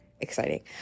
exciting